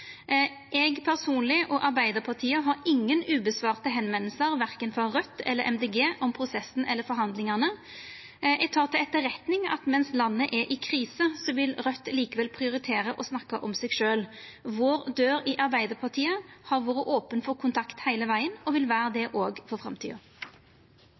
Eg personleg og Arbeidarpartiet har ingen førespurnader me ikkje har svart på, verken frå Raudt eller frå MDG, om prosessen eller forhandlingane. Eg tek til etterretning at mens landet er i krise, vil Raudt likevel prioritera å snakka om seg sjølv. Vår dør i Arbeidarpartiet har vore open for kontakt heile tida og vil